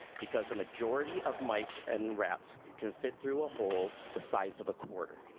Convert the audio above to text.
because the majority of mice and rats can fit through a hole the size of a quarter.